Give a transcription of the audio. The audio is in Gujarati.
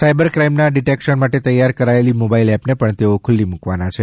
સાઇબર ક્રાઇમના ડિટેકશન માટે તૈયાર કરાયેલી મોબાઇલ એપને પણ તેઓ ખુલ્લી મૂકવાના છે